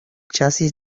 chasis